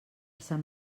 sant